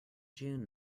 june